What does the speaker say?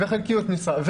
חלקיות משרה,